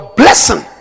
blessing